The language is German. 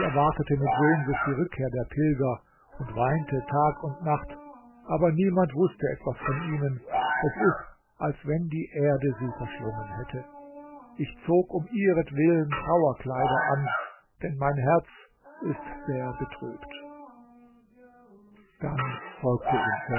erwartete mit sehnsucht die rückkehr der pilger und weinte tag und nacht aber niemand wußte etwas von ihnen es ist als wenn die erde sie verschlungen hätte ich zog um ihretwillen trauerkleider an denn mein herz ist sehr betrübt dann folgte